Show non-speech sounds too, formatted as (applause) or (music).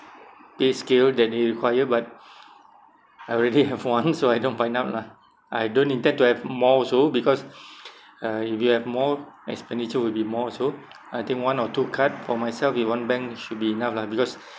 pay scale that they require but I already have one (laughs) so I don't find out lah I don't intend to have more also because uh if you have more expenditure will be more also I think one or two card for myself with one bank should be enough lah because